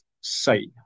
say